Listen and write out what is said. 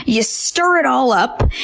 you stir it all up,